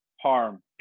harm